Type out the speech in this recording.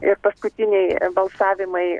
ir paskutiniai balsavimai